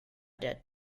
der